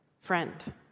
friend